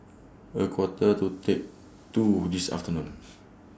A Quarter to T two This afternoon